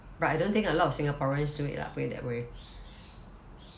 but I don't think a lot of singaporeans do it lah put it that way